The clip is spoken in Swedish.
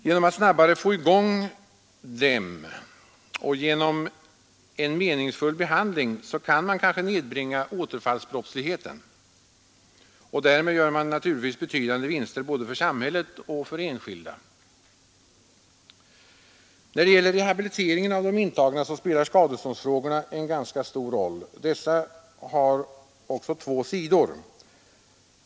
Genom att snabbare få i gång lokalanstalterna och genom en meningsfull behandling där kan man kanske nedbringa återfallsbrottsligheten och därmed göra betydande vinster både för samhället och för enskilda. När det gäller rehabiliteringen av de intagna spelar skadeståndsfrågorna en ganska stor roll. Dessa har två sidor.